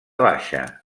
baixa